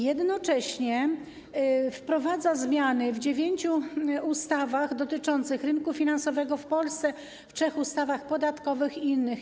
Jednocześnie w ustawie wprowadza się zmiany w dziewięciu ustawach dotyczących rynku finansowego w Polsce, w trzech ustawach podatkowych i innych.